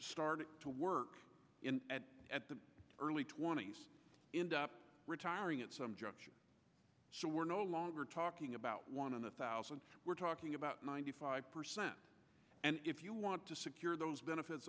started to work at at the early twenty's retiring at some juncture so we're no longer talking about one of the thousands we're talking about ninety five percent and if you want to secure those benefits